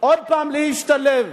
עוד פעם, להשתלב,